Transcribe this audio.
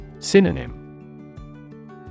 Synonym